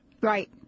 Right